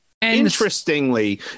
interestingly